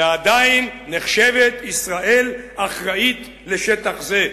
ועדיין נחשבת ישראל אחראית לשטח זה.